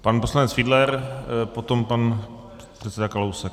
Pan poslanec Fiedler, potom pan předseda Kalousek.